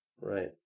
Right